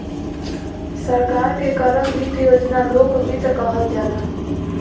सरकार के करल वित्त योजना लोक वित्त कहल जाला